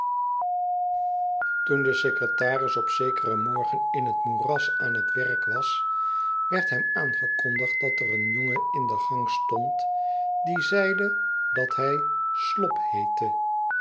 toen de secretaris op zekeren morgen in het moeras aan het werk was werd hem aangekondigd dat er een jongen in de gang stond die zeide dat hij slop heette